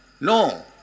No